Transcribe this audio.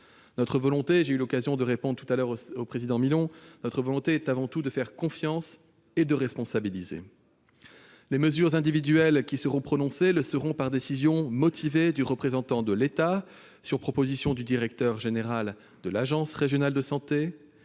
Notre volonté, comme j'ai eu l'occasion de le dire au président Milon, est avant tout de faire confiance et de responsabiliser. Les mesures individuelles seront prononcées sur décision motivée du représentant de l'État, sur proposition du directeur général de l'Agence régionale de santé